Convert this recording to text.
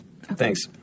Thanks